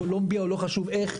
קולומביה או לא חשוב איך,